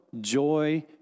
joy